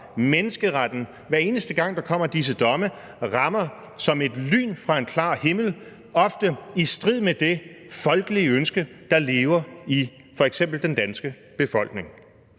menneskeretten, hver eneste gang der kommer en af disse domme, rammer som et lyn fra en klar himmel – ofte i strid med det folkelige ønske, der lever i f.eks. den danske befolkning.